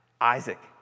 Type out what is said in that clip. Isaac